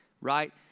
right